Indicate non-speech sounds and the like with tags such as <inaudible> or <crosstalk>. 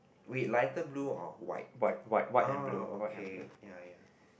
wait lighter blue or white <breath> oh okay ya ya